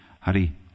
Hari